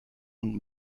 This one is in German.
und